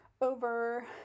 over